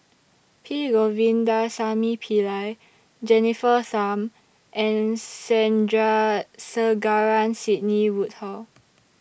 P Govindasamy Pillai Jennifer Tham and Sandrasegaran Sidney Woodhull